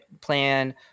Plan